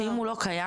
שאם הוא לא קיים,